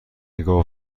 گاو